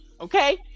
okay